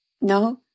No